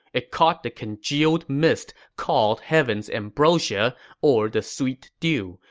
it caught the congealed mist called heaven's ambrosia or the sweet dew,